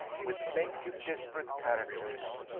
with plenty of desperate characters.